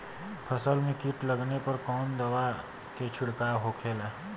फसल में कीट लगने पर कौन दवा के छिड़काव होखेला?